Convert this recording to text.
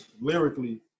lyrically